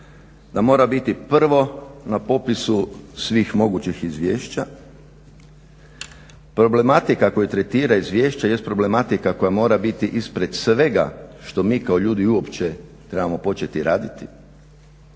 da mora biti prvo na popisu svih mogućih izvješća. Problematika koju tretira izvješće jest problematika koja mora biti ispred svega što mi kako ljudi uopće trebamo početi raditi.